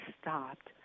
stopped